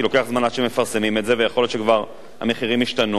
כי לוקח זמן עד שמפרסמים את זה ויכול להיות שכבר המחירים השתנו.